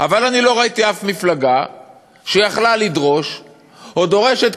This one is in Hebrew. אבל אני לא ראיתי אף מפלגה שיכלה לדרוש או דורשת